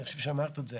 אני חושב שאמרת את זה.